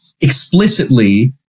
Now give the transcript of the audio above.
explicitly